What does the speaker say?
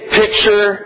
picture